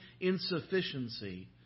insufficiency